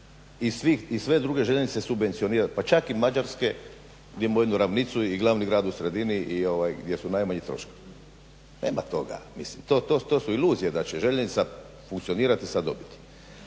I sve druge željeznice subvencionira pa čak i mađarske gdje imamo jednu ravnicu i glavni grad u sredini i gdje su najmanji troškovi. Nema toga. Mislim to su iluzije da će željeznica funkcionirati sa dobiti,